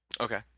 Okay